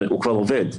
הוא כבר עובד,